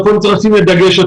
איפה צריך לשים יותר דגש,